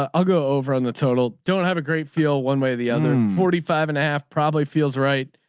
ah i'll go over on the total. don't have a great feel one way or the other. and forty five and a half probably feels right.